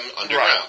underground